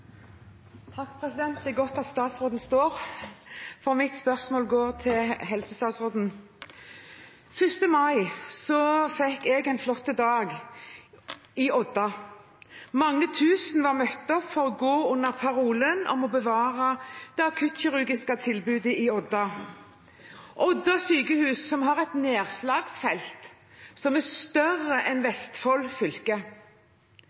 godt at helsestatsråden står her, for mitt spørsmål går til ham. Den 1. mai fikk jeg en flott dag i Odda. Mange tusen var møtt opp for å gå under parolen om å bevare det akuttkirurgiske tilbudet ved Odda sykehus, som har et nedslagsfelt som er større enn